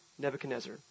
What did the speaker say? Nebuchadnezzar